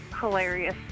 hilarious